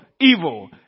evil